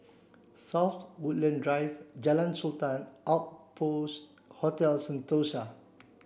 South Woodland Drive Jalan Sultan Outpost Hotel Sentosa